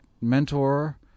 mentor